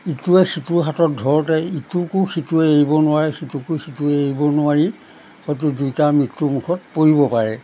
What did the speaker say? ইটোৱে সিটোৰ হাতত ধৰোঁতে ইটোকো সিটোৱে এৰিব নোৱাৰে সিটোকো সিটোৱে এৰিব নোৱাৰি হয়তো দুয়োটা মৃত্যু মুখত পৰিব পাৰে